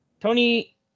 Tony